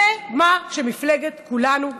זה מה שמפלגת כולנו עושה.